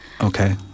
Okay